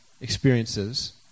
experiences